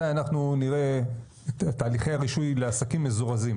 מתי אנחנו נראה את תהליכי הרישוי לעסקים מזורזים?